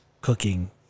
cooking